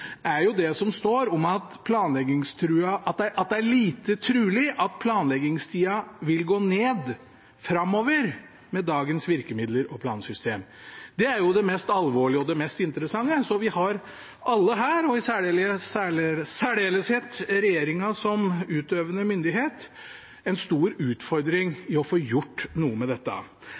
er det som står om at det er «lite trolig» at planleggingstida framover vil gå ned «med dagens virkemidler og plansystem». Det er det mest alvorlige og det mest interessante. Så vi har alle her – og i særdeleshet regjeringen, som utøvende myndighet – en stor utfordring i å få gjort noe med dette.